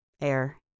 air